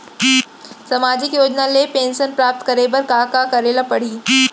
सामाजिक योजना ले पेंशन प्राप्त करे बर का का करे ल पड़ही?